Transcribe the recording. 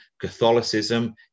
Catholicism